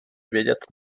vědět